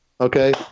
Okay